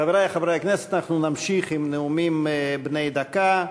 חברי חברי הכנסת, אנחנו נמשיך בנאומים בני דקה.